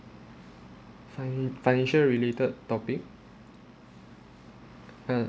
finan~ financial related topic uh